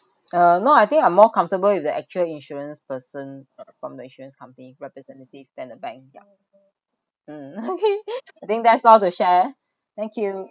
uh no I think I'm more comfortable with the actual insurance person from the insurance company representative than the bank ya mm okay I think that's all the share thank you